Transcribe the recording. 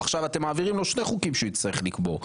עכשיו אתם מעבירים לו שני חוקים שהוא יצטרך לקבור.